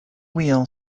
wheel